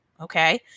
Okay